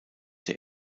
der